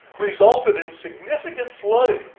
resulted in significant flooding.